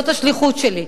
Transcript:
זאת השליחות שלי.